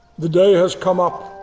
the day has come up,